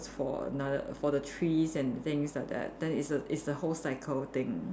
for another err for the trees and things like that then its a it's the whole cycle thing